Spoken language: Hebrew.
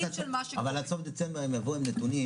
אבל עד סוף דצמבר הם יבואו עם נתונים